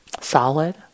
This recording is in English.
solid